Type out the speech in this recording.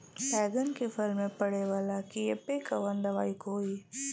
बैगन के फल में पड़े वाला कियेपे कवन दवाई होई?